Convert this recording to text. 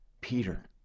Peter